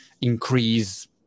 increase